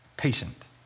Patient